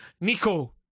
Nico